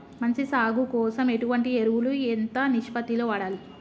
మంచి సాగు కోసం ఎటువంటి ఎరువులు ఎంత నిష్పత్తి లో వాడాలి?